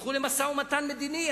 ילכו למשא-ומתן מדיני.